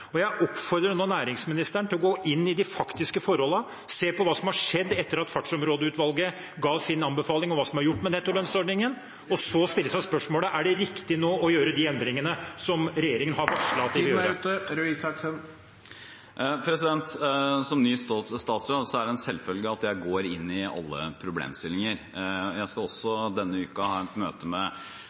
Jeg oppfordrer nå næringsministeren til å gå inn i de faktiske forholdene – se på hva som har skjedd etter at Fartsområdeutvalget ga sin anbefaling, og se på hva som er gjort med nettolønnsordningen, og så stille seg spørsmålet: Er det riktig å gjøre de endringene som regjeringen har varslet at den vil gjøre? Som ny statsråd er det en selvfølge at jeg går inn i alle problemstillinger. Jeg skal denne uken ha et møte